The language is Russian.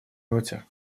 ноте